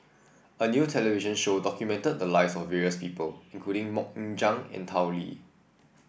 a new television show documented the lives of various people including MoK Ying Jang and Tao Li